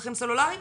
צריכים סלולרי?